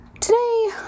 Today